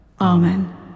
Amen